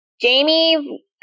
Jamie